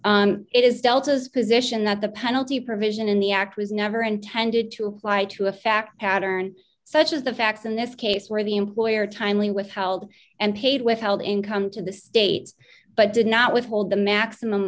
that the penalty provision in the act was never intended to apply to a fact pattern such as the facts in this case where the employer timely withheld and paid withheld income to the states but did not withhold the maximum